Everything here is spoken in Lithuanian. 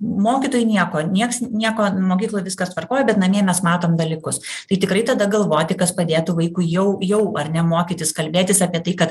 mokytojai nieko nieks nieko mokykloj viskas tvarkoj bet namie mes matom dalykus tai tikrai tada galvoti kas padėtų vaikui jau jau ar ne mokytis kalbėtis apie tai kad